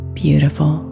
beautiful